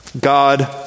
God